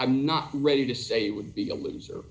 i'm not ready to say would be a loser